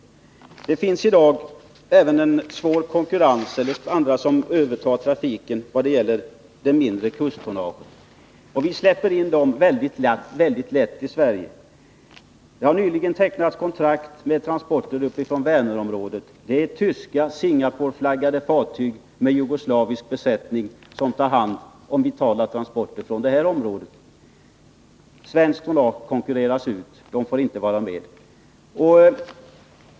Det finns i dag även en svår konkurrens. Det är andra som övertar trafiken vad gäller det mindre kusttonnaget. Vi släpper in dem väldigt lätt i Sverige. Det har nyligen tecknats kontrakt om transporter uppifrån Vänerområdet — det är tyska Singaporeflaggade fartyg med jugoslavisk besättning som tar hand om vitala transporter från det området. Svenskt tonnage konkurreras ut och får inte vara med.